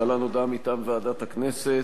להלן הודעה מטעם ועדת הכנסת: